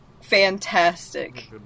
fantastic